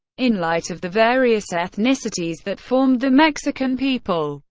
in light of the various ethnicities that formed the mexican people,